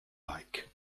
like